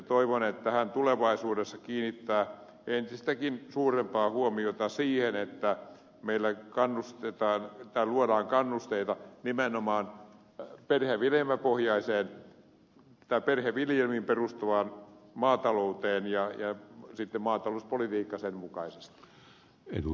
toivon että hän tulevaisuudessa kiinnittää entistäkin suurempaa huomiota siihen että meillä luodaan kannusteita nimenomaan perheviljelmiin perustuvaan maatalouteen ja sitten maatalouspolitiikka sen mukaisesti